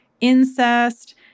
incest